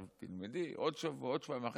עכשיו תלמדי, עוד שבוע, עוד שבועיים.